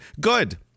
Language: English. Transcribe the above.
Good